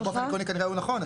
באופן עקרוני כנראה הוא נכון.